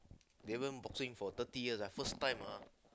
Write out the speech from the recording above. Davon boxing for thirty years ah first time ah